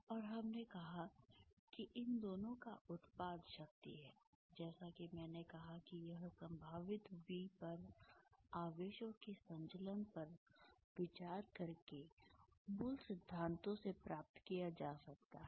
और हमने कहा कि इन दोनों का उत्पाद शक्ति है जैसा कि मैंने कहा कि यह संभावित V पर आवेशों के संचलन पर विचार करके मूल सिद्धांतों से प्राप्त किया जा सकता है